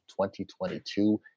2022